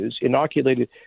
inoculated